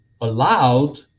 allowed